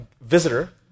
visitor